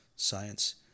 science